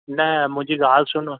न मुंहिंजी ॻाल्हि सुनो